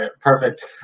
perfect